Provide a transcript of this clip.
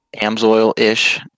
AMSOIL-ish